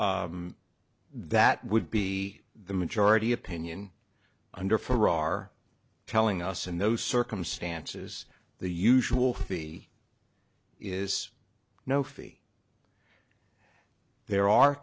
that would be the majority opinion under ferrar telling us in those circumstances the usual fee is no fee there are